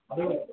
hello